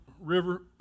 river